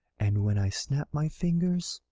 and when i snap my fingers,